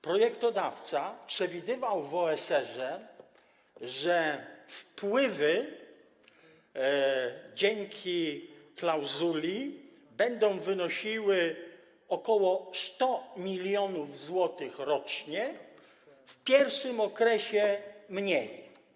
Projektodawca przewidywał w OSR, że wpływy dzięki klauzuli będą wynosiły ok. 100 mln zł rocznie, w pierwszym okresie mniej.